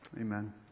Amen